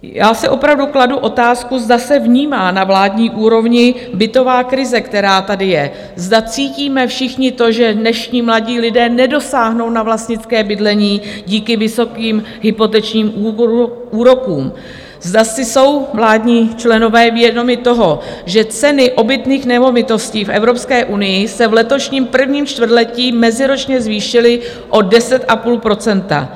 Já si opravdu kladu otázku, zda se vnímá na vládní úrovni bytová krize, která tady je, zda cítíme všichni to, že dnešní mladí lidé nedosáhnou na vlastnické bydlení díky vysokým hypotečním úrokům, zda si jsou vládní členové vědomi toho, že ceny obytných nemovitostí v Evropské unii se v letošním prvním čtvrtletí meziročně zvýšily o 10,5 %.